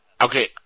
Okay